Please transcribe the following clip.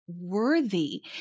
worthy